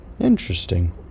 interesting